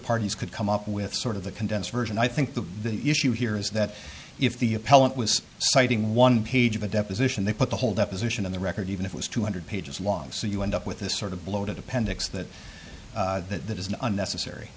parties could come up with sort of the condensed version i think the issue here is that if the appellant was citing one page of a deposition they put the whole deposition in the record even if it was two hundred pages long so you end up with this sort of bloated appendix that that that is an unnecessary